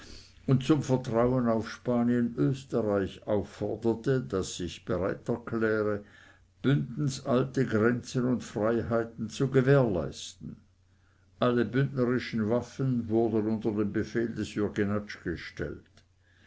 und zum vertrauen auf spanien österreich aufforderte das sich bereit erkläre bündens alte grenzen und freiheiten zu gewährleisten alle bündnerischen waffen wurden unter den befehl des jürg jenatsch gestellt